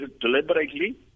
deliberately